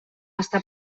està